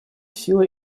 силы